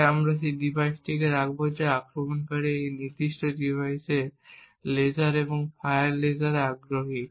তাই আমরা সেই ডিভাইসটি রাখব যা আক্রমণকারী এই নির্দিষ্ট ডিভাইসে লেজার এবং ফায়ার লেজারে আগ্রহী